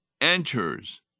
enters